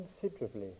considerably